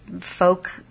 folk